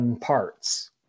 parts